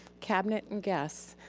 cabinet and guests.